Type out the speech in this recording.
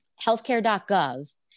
Healthcare.gov